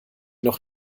noch